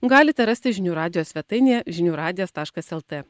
galite rasti žinių radijo svetainėje žinių radijas taškas lt